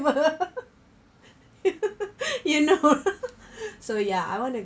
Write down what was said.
you know so ya I want to